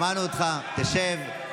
שמענו אותך, תשב.